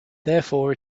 therefore